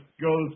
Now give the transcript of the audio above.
goes